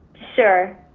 sure.